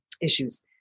issues